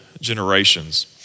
generations